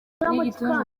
n’igituntu